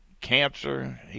Cancer